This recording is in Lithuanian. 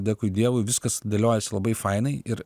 dėkui dievui viskas dėliojasi labai fainai ir